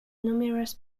numerous